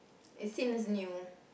it seems new